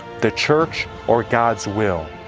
the church or god's will?